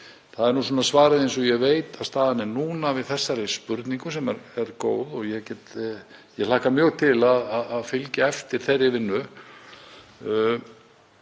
Það er svarið, eins og ég veit að staðan er núna, við þessari spurningu sem er góð og ég hlakka mjög til að fylgja eftir þeirri vinnu.